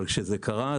אבל כשזה קרה,